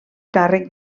càrrec